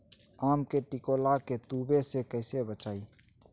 आम के टिकोला के तुवे से कैसे बचाई?